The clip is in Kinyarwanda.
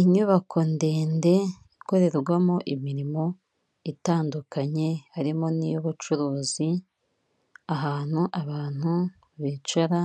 Inyubako ndende ikorerwamo imirimo itandukanye, harimo n'iy'ubucuruzi ahantu abantu bicara